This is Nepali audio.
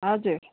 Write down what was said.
हजुर